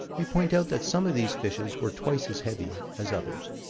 we point out that some of these fishes were twice as heavy as others.